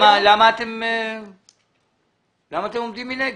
למה אתם עומדים מנגד?